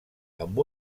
amb